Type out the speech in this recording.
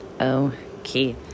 Okay